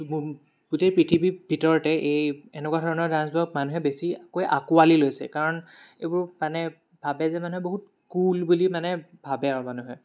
গো গোটেই পৃথিৱী ভিতৰতে এই এনেকুৱা ধৰণৰ ডান্সবোৰক মানুহে বেছিকৈ আকোৱালী লৈছে কাৰণ এইবোৰ মানে ভাবে যে মানুহে বহুত কুল বুলি মানে ভাবে আৰু মানুহে